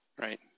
right